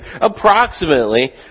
approximately